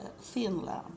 Finland